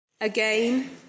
Again